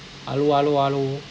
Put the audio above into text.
hello hello hello